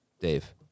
Dave